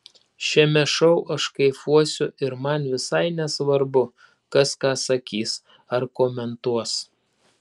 šiame šou aš kaifuosiu ir man visai nesvarbu kas ką sakys ar komentuos